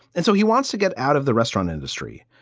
and so he wants to get out of the restaurant industry,